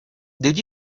did